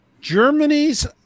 germany's